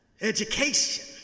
Education